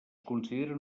consideren